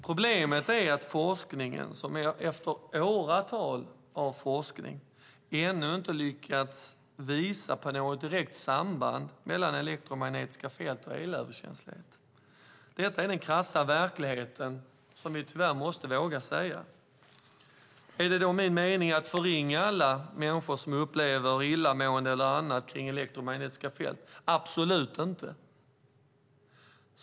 Problemet är att efter åratal av forskning har man inte lyckats visa på något direkt samband mellan elektromagnetiska fält och elöverkänslighet. Detta är den krassa verkligheten, och vi måste tyvärr våga säga det. Är då min mening att förringa alla de människor som upplever illamående eller annat i elektromagnetiska fält? Absolut inte.